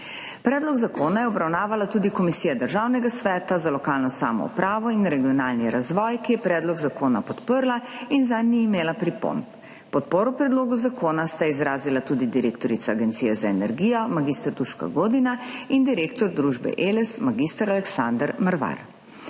Predlog zakona je obravnavala tudi Komisija Državnega sveta za lokalno samoupravo in regionalni razvoj, ki je predlog zakona podprla in zanj ni imela pripomb. Podporo predlogu zakona sta izrazila tudi direktorica Agencije za energijo mag. Duška Godina in direktor družbe Eles mag. Aleksander Mervar.